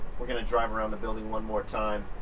we're gonna drive around the building one more time.